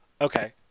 Okay